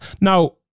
Now